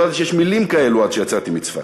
לא ידעתי שיש מילים כאלו עד שיצאתי מצפת.